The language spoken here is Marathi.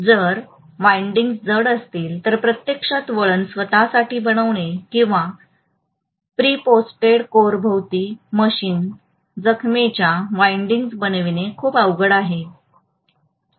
जर विंडिंग्ज जड असतील तर प्रत्यक्षात वळण स्वत साठी बनवणे किंवा प्रीप्रोसेस्ड कोरभोवती मशीन जखमेच्या विंडिंग्ज बनविणे खूप अवघड असेल